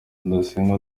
rudasingwa